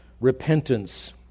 repentance